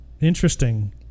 Interesting